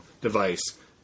device